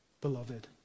Beloved